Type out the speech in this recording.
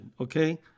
okay